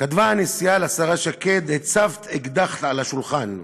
כתבה הנשיאה לשרה שקד: הצבת אקדח על השולחן.